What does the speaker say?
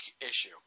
issue